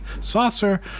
saucer